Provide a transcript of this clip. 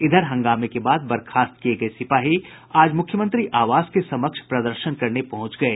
इधर हंगामे के बाद बर्खास्त किये गये सिपाही आज मुख्यमंत्री आवास के समक्ष प्रदर्शन करने पहुंच गये